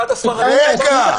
רגע, רגע.